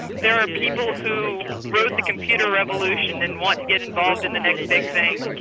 there are people who rode the computer revolution and want to get involved in the next big thing.